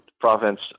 province